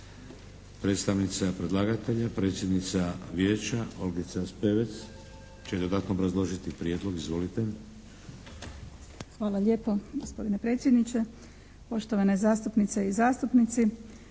Hvala lijepa gospodine predsjedniče, poštovane zastupnice i zastupnici.